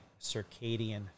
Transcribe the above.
circadian